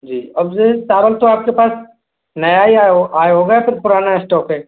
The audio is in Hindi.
जी और ये चावल तो आप के पास नया ही आया आया होगा या फिर पुराना स्टॉक है